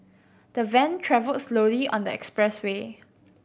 the van travelled slowly on the expressway